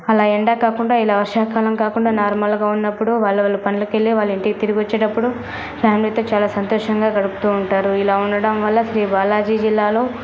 అలా ఎండ కాకుండా ఇలా వర్షాకాలం కాకుండా నార్మల్గా ఉన్నప్పుడు వాళ్ళ వాళ్ళ పనులకు వెళ్ళేవాళ్ళు ఇంటికి తిరిగి వచ్చేటప్పుడు ఫ్యామిలీతో చాలా సంతోషంగా గడుపుతూ ఉంటారు ఇలా ఉండడం వల్ల శ్రీ బాలాజీ జిల్లాలో